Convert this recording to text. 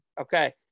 okay